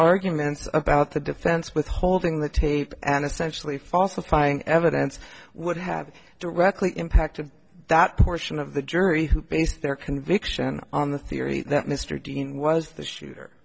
arguments about the defense withholding the tape and essentially falsifying evidence would have directly impacted that portion of the jury who base their conviction on the theory that mr dean was the shooter